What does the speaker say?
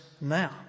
now